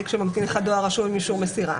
שממתין לך דואר רשום עם אישור מסירה.